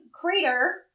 crater